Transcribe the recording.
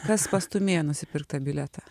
kas pastūmėjo nusipirkt tą bilietą